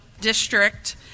district